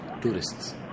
tourists